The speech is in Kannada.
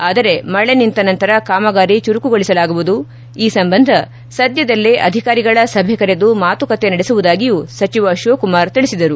ಆದರೆ ಮಳೆ ನಿಂತ ನಂತರ ಕಾಮಗಾರಿ ಚುರುಕುಗೊಳಿಸಲಾಗುವುದು ಈ ಸಂಬಂಧ ಸದ್ದದಲ್ಲೇ ಅಧಿಕಾರಿಗಳ ಸಭೆ ಕರೆದು ಮಾತುಕತೆ ನಡೆಸುವುದಾಗಿಯೂ ಸಚಿವ ಶಿವಕುಮಾರ್ ಹೇಳಿದರು